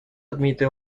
admite